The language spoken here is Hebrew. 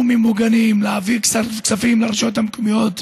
הוויכוח הוא על עצם קיומנו.